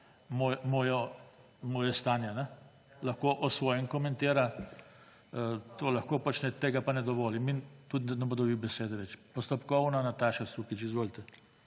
moje stanje. Lahko o svojem komentira, to lahko počne, tega pa ne dovolim in tudi ne bo dobil besede več. Postopkovno, Nataša Sukič. Izvolite.